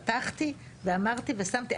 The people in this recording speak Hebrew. פתחתי ואמרתי ושמתי,